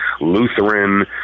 Lutheran